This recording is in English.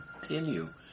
continue